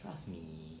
trust me